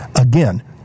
Again